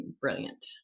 brilliant